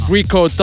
Rico